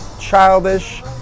childish